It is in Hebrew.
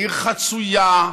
עיר חצויה,